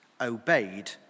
obeyed